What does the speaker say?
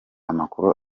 amakuru